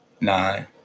Nine